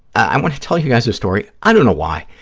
i want to tell you guys a story, i don't know why.